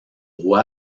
roi